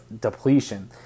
depletion